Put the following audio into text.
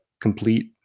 complete